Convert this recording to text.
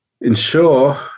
ensure